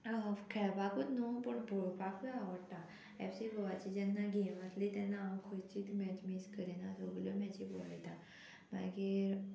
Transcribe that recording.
खेळपाकूच न्हू पूण पळोवपाकूय आवडटा एफ सी बोवाची जेन्ना गेम आसली तेन्ना हांव खंयचीच मॅच मीस करिना सगळ्यो मॅची पळयता मागीर